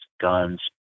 guns